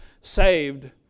saved